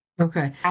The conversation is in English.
Okay